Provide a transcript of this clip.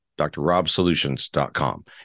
drrobsolutions.com